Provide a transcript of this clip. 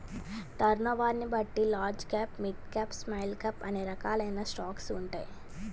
టర్నోవర్ని బట్టి large cap, mid cap, small cap అనే రకాలైన స్టాక్స్ ఉంటాయి